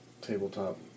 tabletop